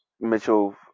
Mitchell